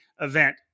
event